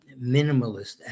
minimalist